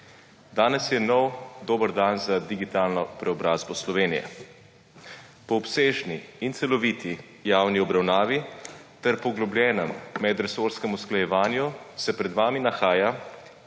Danes je nov, dober dan za digitalno preobrazbo Slovenije. Po obsežni in celoviti javni obravnavi ter poglobljenem medresorskem usklajevanju se pred vami nahaja